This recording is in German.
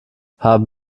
haben